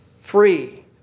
Free